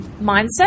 mindset